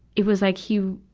it was like he,